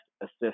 assist